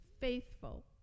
faithful